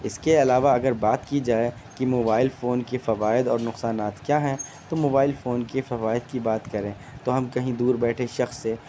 اس کے علاوہ اگر بات کی جائے کہ موبائل فون کے فوائد اور نقصانات کیا ہیں تو موبائل فون کے فوائد کی بات کریں تو ہم کہیں دور بیٹھے شخص سے